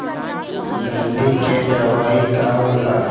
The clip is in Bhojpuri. गंधी के दवाई का होला?